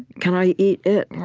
can i eat it?